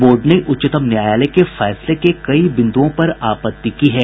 board ने उच्चतम न्यायालय के फैसले के कई बिन्दुओं पर आपत्ति की है